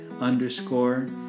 underscore